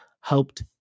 helped